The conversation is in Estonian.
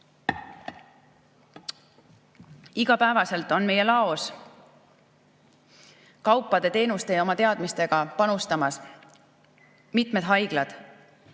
Iga päev on meie laos kaupade, teenuste ja oma teadmistega panustamas mitmed haiglad